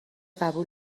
قبول